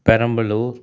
Perambalur